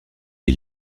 est